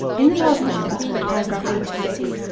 in the last number, at paragraph eighty six,